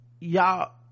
y'all